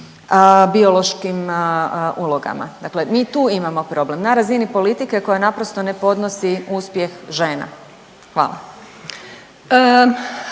biološkim ulogama. Dakle, mi tu imamo problem na razini politike koja naprosto ne podnosi uspjeh žena. Hvala.